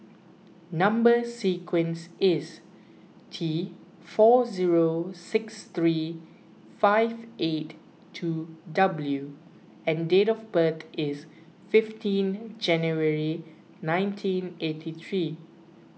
Number Sequence is T four zero six three five eight two W and date of birth is fifteen January nineteen eighty three